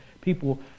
people